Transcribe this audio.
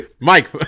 Mike